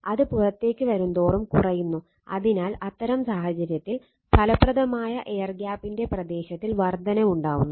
അത് പുറത്തേക്ക് വരും തോറും കുറയുന്നു അതിനാൽ അത്തരം സാഹചര്യത്തിൽ ഫലപ്രദമായ എയർ ഗ്യാപ്പിൻറെ പ്രദേശത്തിൽ വർദ്ധനവ് ഉണ്ടാവുന്നു